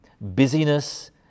busyness